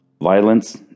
Violence